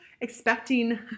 expecting